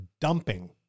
dumping